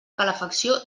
calefacció